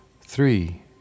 three